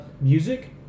Music